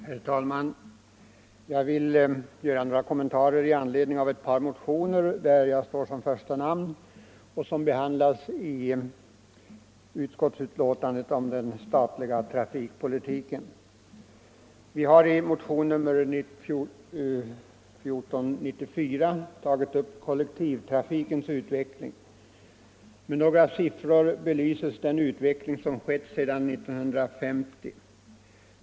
Herr talman! Jag vill göra några kommentarer i anledning av ett par motioner, där mitt namn står överst, som behandlas i utskottsbetänkandet om den statliga trafikpolitiken. Vi har i motionen 1494 tagit upp kollektivtrafikens utveckling. Med några siffror belyses den utveckling som skett sedan 1950.